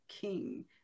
king